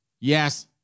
Yes